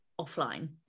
offline